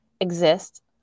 exist